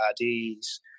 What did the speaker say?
IDs